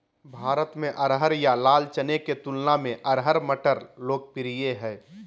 भारत में अरहर या लाल चने के तुलना में अरहर मटर लोकप्रिय हइ